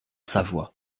savoie